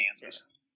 Kansas